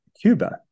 Cuba